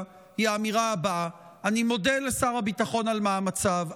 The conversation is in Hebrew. היא האמירה הבאה: אני מודה לשר הביטחון על מאמציו,